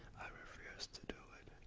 i refuse to do it.